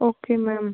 okay ma'am